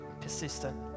persistent